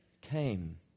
came